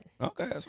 Okay